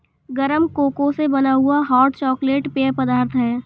गरम कोको से बना हुआ हॉट चॉकलेट पेय पदार्थ है